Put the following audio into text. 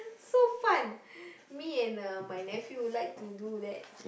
so fun me and my nephew like to do that